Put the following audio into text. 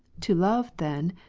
to love then,